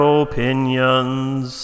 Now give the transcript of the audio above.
opinions